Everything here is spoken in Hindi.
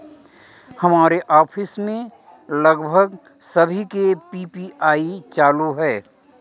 हमारे ऑफिस में लगभग सभी के पी.पी.आई चालू है